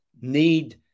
need